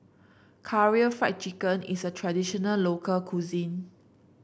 Karaage Fried Chicken is a traditional local cuisine